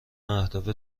اهداف